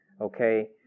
okay